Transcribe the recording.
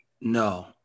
No